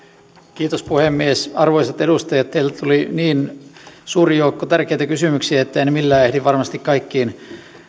kiitos puhemies arvoisat edustajat teiltä tuli niin suuri joukko tärkeitä kysymyksiä että en millään ehdi varmasti kaikkiin